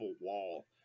wall